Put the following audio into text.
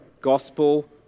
gospel